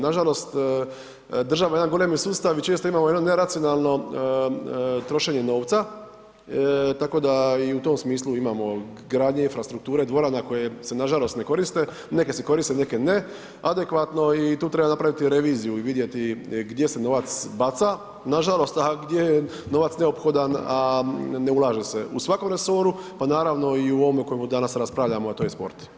Nažalost država je jedan golemi sustav i često imamo jedan neracionalno trošenje novca, tako da i u tom smislu imamo gradnje infrastrukture dvorana koje se nažalost ne koriste, neke se koriste, neke ne adekvatno i tu treba napraviti reviziju i vidjeti gdje se novac baca nažalost, a gdje je novac neophodan, a ne ulaže se u svakom resoru, pa naravno i u ovome o kojemu danas raspravljamo, a to je sport.